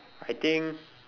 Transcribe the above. I think